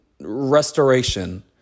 restoration